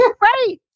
right